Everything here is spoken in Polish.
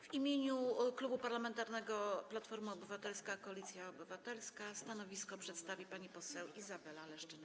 W imieniu Klubu Parlamentarnego Platforma Obywatelska - Koalicja Obywatelska stanowisko przedstawi pani poseł Izabela Leszczyna.